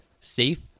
safe